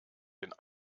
den